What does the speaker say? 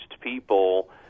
people